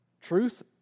Truth